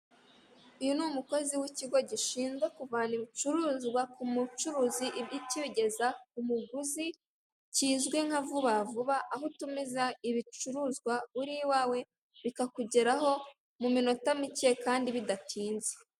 Uyu ni umukozi w'ikigo gishinzwe kuvana ibicuruzwa ku mucuruzi kibigeza ku muguzi kizwi nka Vuba Vuba, aho utumiza ibicuruzwa uri i wawe bikakugera ho mu minota mike kandi bidatinze.